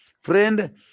Friend